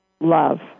Love